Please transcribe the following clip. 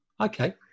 Okay